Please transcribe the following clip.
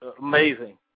amazing